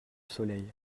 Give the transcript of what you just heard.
soleil